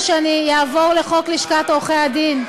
או שאני אעבור לחוק לשכת עורכי-הדין?